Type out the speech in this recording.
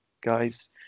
guys